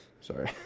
Sorry